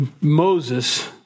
Moses